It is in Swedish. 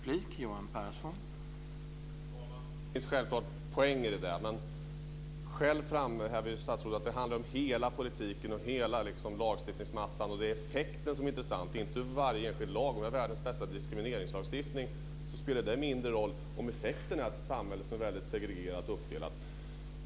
Herr talman! Det finns självklart poänger i det. Men statsrådet framhäver ju själv att det handlar om hela politiken och hela lagstiftningsmassan. Det är effekten som är intressant, inte varje enskild lag. Det spelar mindre roll om vi har världens bästa diskrimineringslagstiftning om effekten är ett samhälle som är väldigt segregerat och uppdelat.